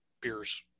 beers